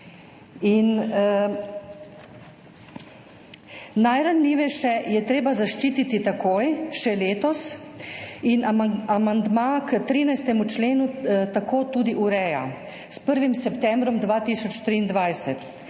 Najranljivejše je treba zaščititi takoj, še letos. Amandma k 13. členu tako tudi ureja, s 1. septembrom 2023.